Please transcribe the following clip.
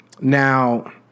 Now